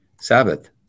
Sabbath